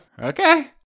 okay